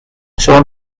siôn